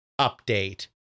update